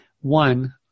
One